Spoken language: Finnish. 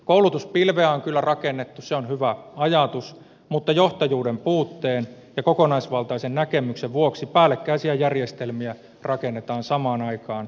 koulutuspilveä on kyllä rakennettu se on hyvä ajatus mutta johtajuuden puutteen ja kokonaisvaltaisen näkemyksen vuoksi päällekkäisiä järjestelmiä rakennetaan samaan aikaan eri puolille